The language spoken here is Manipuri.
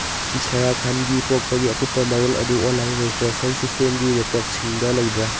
ꯁꯔꯥ ꯈꯥꯟꯒꯤ ꯄꯣꯛꯄꯒꯤ ꯑꯀꯨꯞꯄ ꯃꯔꯣꯜ ꯑꯗꯨ ꯑꯣꯟꯂꯥꯏꯟ ꯔꯦꯖꯤꯁꯇ꯭ꯔꯦꯁꯟ ꯁꯤꯁꯇꯦꯝꯒꯤ ꯔꯦꯀꯣꯔꯠꯁꯤꯡꯗ ꯂꯩꯕ꯭ꯔꯥ